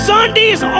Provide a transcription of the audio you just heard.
Sundays